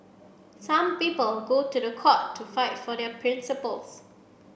some people go to the court to fight for their principles